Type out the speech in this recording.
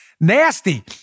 nasty